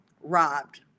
robbed